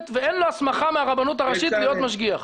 ואין לו הסמכה מהרבנות הראשית להיות משגיח?